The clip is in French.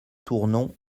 tournon